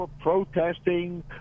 protesting